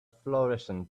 florescent